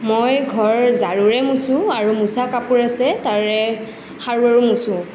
মই ঘৰ ঝাৰুৰে মোচোঁ আৰু মোচা কাপোৰ আছে তাৰে সাৰোঁ আৰু মোচোঁ